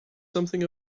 something